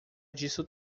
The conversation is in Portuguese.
disso